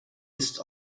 ist